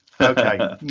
okay